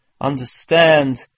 understand